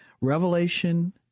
revelation